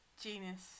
Genius